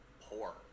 poor